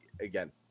again